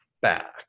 back